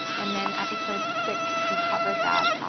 and then episode six, we covered that,